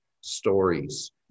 stories